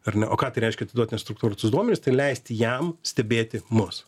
ar ne o ką tai reiškia atiduot nestruktūruotus duomenis tai leisti jam stebėti mus